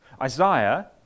Isaiah